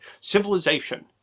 civilization